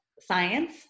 science